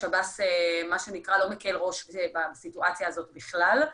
שב"ס לא מקל ראש בסיטואציה הזו בכלל.